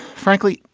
frankly,